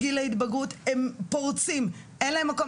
גיל ההתבגרות, הם פורצים, אין להם מקום.